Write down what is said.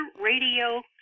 Radio